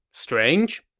strange.